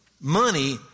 money